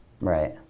Right